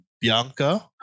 Bianca